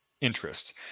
interest